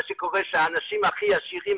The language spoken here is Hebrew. מה שקורה שהאנשים הכי עשירים,